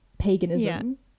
Paganism